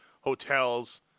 hotels